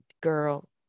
girl